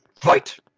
fight